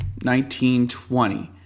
1920